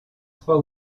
trois